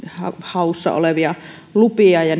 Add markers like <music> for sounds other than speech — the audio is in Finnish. haussa olevia lupia ja <unintelligible>